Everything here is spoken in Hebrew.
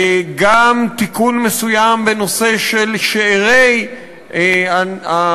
גם תיקון מסוים בנושא של שאירי הניצולים,